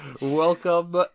Welcome